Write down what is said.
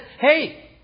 Hey